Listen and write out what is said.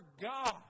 God